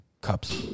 cups